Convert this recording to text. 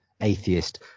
atheist